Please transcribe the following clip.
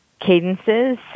cadences